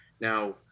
Now